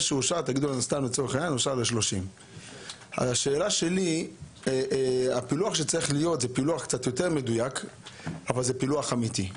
נניח שהיו 30. הפילוח צריך להיות קצת יותר מדויק אבל זה פילוח אמיתי.